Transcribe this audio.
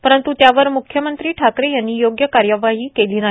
पंरतू त्यावर मुख्यमंत्री ठाकरेंनी योग्य कार्यवाही केली नाही